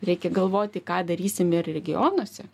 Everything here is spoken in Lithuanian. reikia galvoti ką darysim ir regionuose